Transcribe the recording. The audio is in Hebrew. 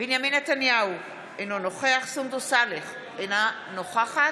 בנימין נתניהו, אינו נוכח סונדוס סאלח, אינה נוכחת